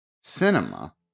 Cinema